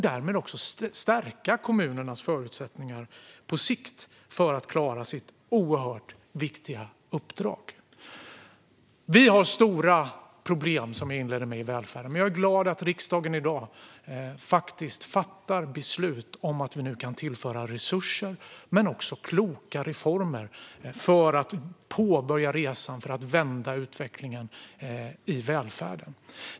Därmed stärker vi kommunernas förutsättningar att klara sitt oerhört viktiga uppdrag på sikt. Vi har stora problem i välfärden, som jag inledde med. Men jag är glad att riksdagen i dag faktiskt fattar beslut om resurstillskott men också kloka reformer för att påbörja arbetet med att vända utvecklingen inom välfärden.